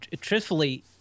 truthfully